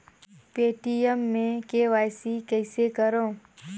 Paytm मे KYC कइसे करव?